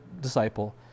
disciple